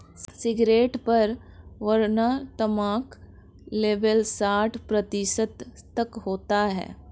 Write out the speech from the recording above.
cigarette पर वर्णनात्मक label साठ प्रतिशत तक होता है